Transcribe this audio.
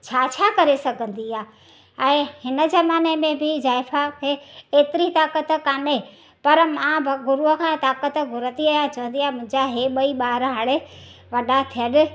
छा छा करे सघंदी आहियां ऐं हिन ज़माने में बि ज़ाइफा खे एतिरी ताकत कान्हे पर मां भॻ गुरुअ खां ताकत घुरंदी आहियां चवंदी आहियां मुंहिंजा इहे ॿई ॿार हाणे वॾा थियनि